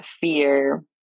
fear